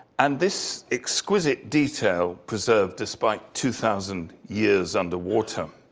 and this exquisite details preserved despite two thousand years under water.